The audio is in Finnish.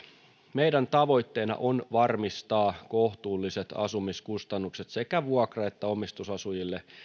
meidän tavoitteenamme on varmistaa kohtuulliset asumiskustannukset sekä vuokra että omistusasujille